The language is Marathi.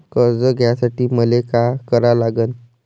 कर्ज घ्यासाठी मले का करा लागन?